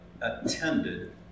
attended